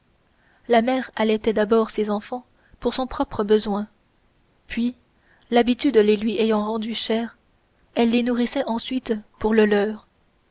la mère allaitait d'abord ses enfants pour son propre besoin puis l'habitude les lui ayant rendus chers elle les nourrissait ensuite pour le leur